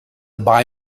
buy